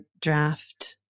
draft